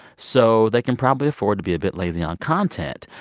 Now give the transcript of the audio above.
so they can probably afford to be a bit lazy on content.